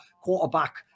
quarterback